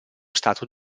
stato